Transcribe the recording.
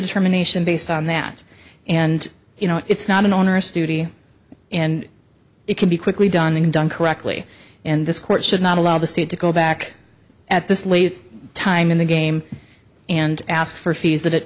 determination based on that and you know it's not an onerous duty and it can be quickly done and done correctly and this court should not allow the state to go back at this late time in the game and ask for fees that it